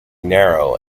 narrow